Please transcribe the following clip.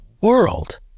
world